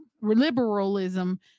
liberalism